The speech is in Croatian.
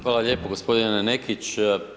Hvala lijepo gospodine Nekić.